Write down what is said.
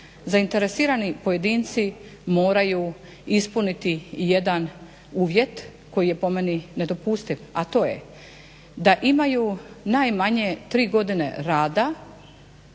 zainteresirani pojedinci moraju ispuniti jedan uvjet koji je po meni nedopustiv, a to je da imaju najmanje tri godine rada